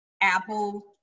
Apple